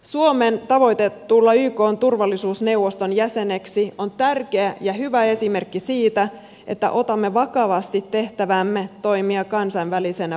suomen tavoite tulla ykn turvallisuusneuvoston jäseneksi on tärkeä ja hyvä esimerkki siitä että otamme vakavasti tehtävämme toimia kansainvälisenä vaikuttajana